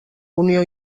unió